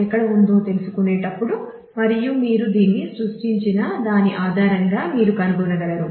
ఎక్కడ ఉందో తెలుసుకునేటప్పుడు మరియు మీరు దీన్ని సృష్టించిన దాని ఆధారంగా మీరు కనుగొంటారు